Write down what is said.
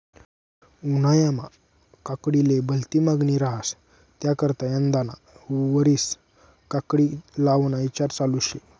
उन्हायामा काकडीले भलती मांगनी रहास त्याकरता यंदाना वरीस काकडी लावाना ईचार चालू शे